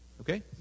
Okay